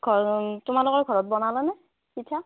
ঘৰ তোমালোকৰ ঘৰত বনালা নে পিঠা